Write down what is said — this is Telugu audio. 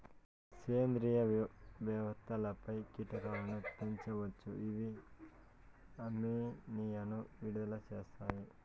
సేంద్రీయ వ్యర్థాలపై కీటకాలను పెంచవచ్చు, ఇవి అమ్మోనియాను విడుదల చేస్తాయి